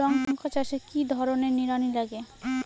লঙ্কা চাষে কি ধরনের নিড়ানি লাগে?